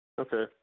Okay